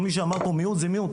כל מי שאמר פה מיעוט, זה מיעוט.